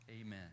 Amen